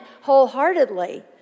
wholeheartedly